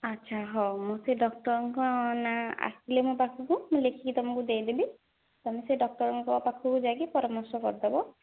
ଆଚ୍ଛା ହଉ ମୁଁ ସେ ଡ଼କ୍ଟରଙ୍କ ନାଁ ଆସିଲେ ମୋ ପାଖକୁ ମୁଁ ଲେଖିକି ତୁମକୁ ଦେଇଦେବି ତମେ ସେ ଡ଼କ୍ଟରଙ୍କ ପାଖକୁ ଯାଇକି ପରାମର୍ଶ କରିଦେବ